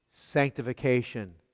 Sanctification